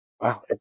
Wow